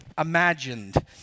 imagined